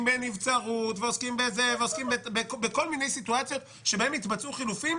בנבצרות ועוסקים בכל מיני סיטואציות שבהן יתבצעו חילופים,